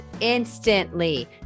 instantly